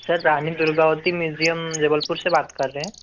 sir Rani Durgavati museum Jabalpur से बात कर रहे हैं